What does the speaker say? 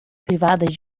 privadas